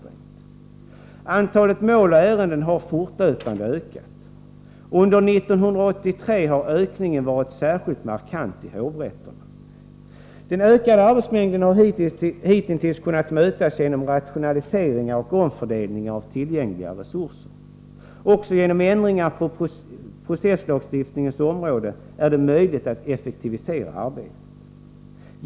Antalet mål och ärenden har fortlöpande ökat. Under 1983 har ökningen varit särskilt markant i hovrätterna. Den ökade arbetsmängden har hitintills kunnat mötas genom rationaliseringar och omfördelningar av tillgängliga resurser. Också genom ändringar på processlagstiftningens område är det möjligt att effektivisera arbetet.